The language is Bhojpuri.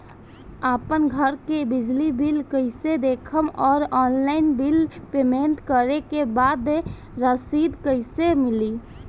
आपन घर के बिजली बिल कईसे देखम् और ऑनलाइन बिल पेमेंट करे के बाद रसीद कईसे मिली?